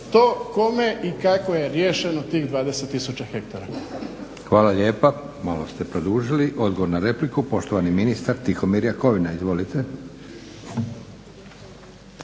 to kome i kako je riješeno tih 20 tisuća hektara.